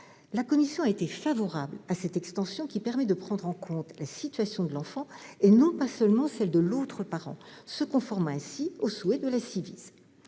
La commission a été favorable à cette extension qui permet de prendre en compte la situation de l'enfant et non pas seulement celle de l'autre parent, se conformant ainsi aux souhaits de la Ciivise.